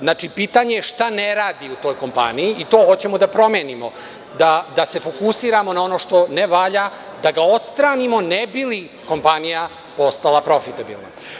Znači, pitanje je šta ne radi u toj kompaniji i to hoćemo da promenimo, da se fokusiramo na ono što ne valja, da ga odstranimo ne bi li kompanija ostala profitabilna.